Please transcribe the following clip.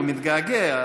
הוא מתגעגע.